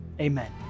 amen